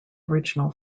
original